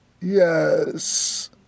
Yes